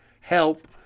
help